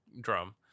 drum